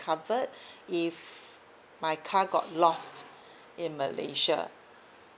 covered if my car got lost in malaysia